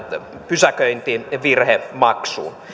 pysäköintivirhemaksuun